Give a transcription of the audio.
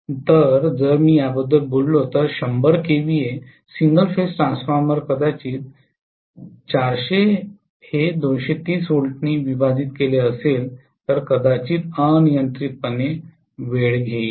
तर जर मी याबद्दल बोललो तर 100kVA सिंगल फेज ट्रान्सफॉर्मर कदाचित 400 हे 230 V ने विभाजित केले असेल तर कदाचित अनियंत्रितपणे वेळ घेईल